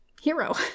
hero